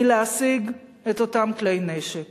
להשיג את אותם כלי נשק.